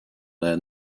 their